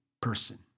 person